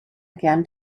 again